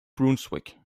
brunswick